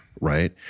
right